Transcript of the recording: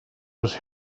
was